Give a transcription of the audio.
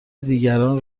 دیگران